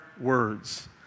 words